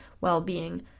well-being